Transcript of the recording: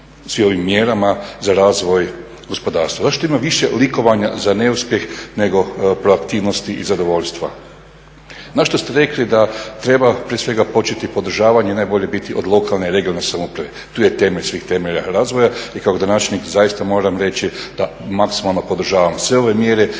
svim ovim mjerama za razvoj gospodarstva? Zašto ima više likovanja za neuspjeh nego proaktivnosti i zadovoljstva? Na što ste rekli da treba prije svega početi podržavanje i najbolje biti od lokalne i regionalne samouprave. Tu je temelj svih temelja razvoja i ko gradonačelnik zaista moram reći da maksimalno podržavam sve ove mjere